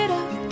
up